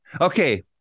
Okay